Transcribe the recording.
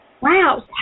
Wow